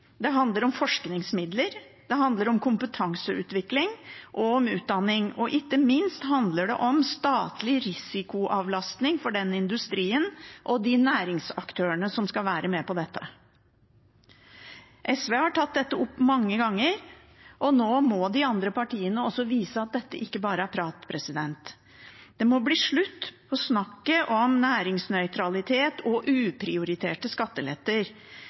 forskningsmidler, kompetanseutvikling og utdanning. Ikke minst handler det også om statlig risikoavlastning for den industrien og de næringsaktørene som skal være med på dette. SV har tatt opp dette mange ganger, og nå må de andre partiene også vise at dette ikke bare er prat. Det må bli slutt på snakket om næringsnøytralitet og uprioriterte skatteletter,